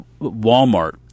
Walmart